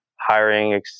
hiring